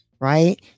right